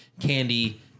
candy